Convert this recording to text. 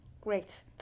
Great